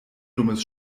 dummes